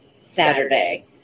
Saturday